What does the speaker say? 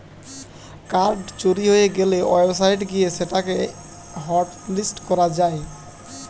card চুরি হয়ে গ্যালে ওয়েবসাইট গিয়ে সেটা কে হটলিস্ট করা যায়